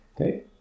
Okay